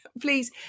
please